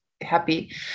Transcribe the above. happy